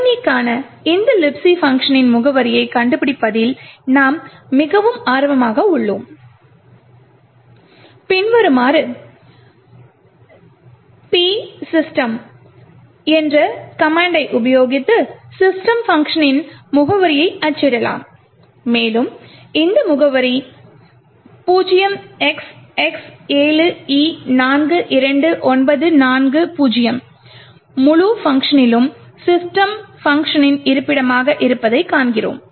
கணினிக்கான இந்த Libc பங்க்ஷனின் முகவரியைக் கண்டுபிடிப்பதில் நாம் மிகவும் ஆர்வமாக உள்ளோம் பின்வருமாறு gdb p system மை உபயோகித்து system பங்க்ஷனின் முகவரியை அச்சிடலாம் மேலும் இந்த முகவரி 0XX7E42940 முழு பங்க்ஷனிலும் system பங்க்ஷனின் இருப்பிடமாக இருப்பதைக் காண்கிறோம்